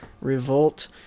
revolt